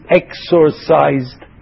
exorcised